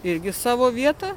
irgi savo vietą